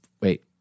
wait